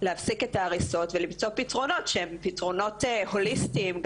להפסיק את ההריסות ולמצוא פתרונות שהם פתרונות הוליסטיים.